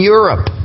Europe